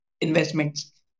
investments